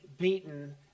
beaten